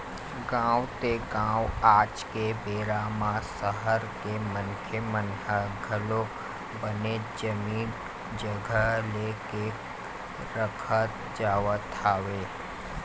गाँव ते गाँव आज के बेरा म सहर के मनखे मन ह घलोक बनेच जमीन जघा ले के रखत जावत हवय